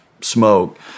smoke